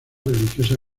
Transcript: religiosa